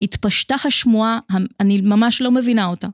התפשטה השמועה, אני ממש לא מבינה אותה.